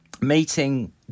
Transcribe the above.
Meeting